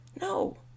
No